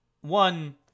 One